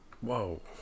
Whoa